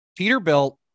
Peterbilt